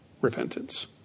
repentance